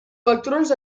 electrons